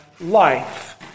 life